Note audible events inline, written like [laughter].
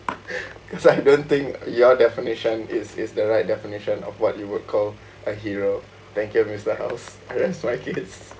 [laughs] cause I don't think your definition is is the right definition of what you would call a hero thank you mister house I don't strike it